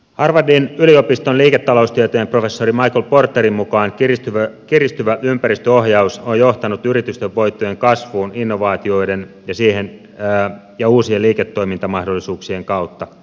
harvardin yliopiston liiketaloustieteen professori michael porterin mukaan kiristyvä ympäristöohjaus on johtanut yritysten voittojen kasvuun innovaatioiden ja uusien liiketoimintamahdollisuuksien kautta